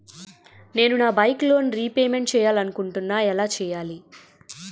నేను నా bike loan repayment చేయాలనుకుంటున్నా ఎలా చేయాలి?